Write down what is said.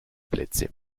plätze